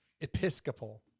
Episcopal